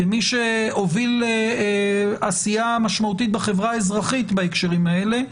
כמי שהוביל עשייה משמעותית בחברה האזרחית בהקשרים האלה,